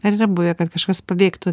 ar yra buvę kad kažkas pabėgtų